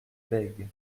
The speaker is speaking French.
bègue